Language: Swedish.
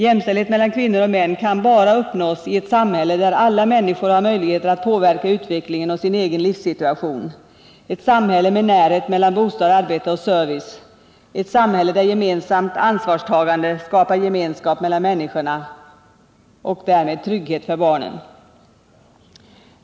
Jämställdhet mellan kvinnor och män kan bara uppnås i ett samhälle där alla människor har möjligheter att påverka utvecklingen och sin egen livssituation, ett samhälle med närhet mellan bostad, arbete och service, ett samhälle där gemensamt ansvarstagande skapar gemenskap mellan människorna och därmed trygghet för barnen.